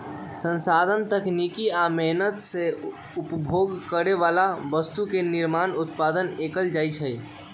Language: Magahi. संसाधन तकनीकी आ मेहनत से उपभोग करे बला वस्तु के निर्माण उत्पादन कएल जाइ छइ